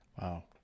Wow